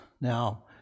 now